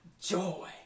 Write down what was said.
joy